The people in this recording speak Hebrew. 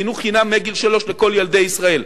חינוך חינם מגיל שלוש לכל ילדי ישראל,